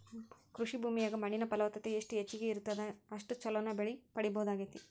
ಕೃಷಿ ಭೂಮಿಯಾಗ ಮಣ್ಣಿನ ಫಲವತ್ತತೆ ಎಷ್ಟ ಹೆಚ್ಚಗಿ ಇರುತ್ತದ ಅಷ್ಟು ಚೊಲೋ ಬೆಳಿನ ಪಡೇಬಹುದಾಗೇತಿ